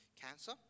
cancer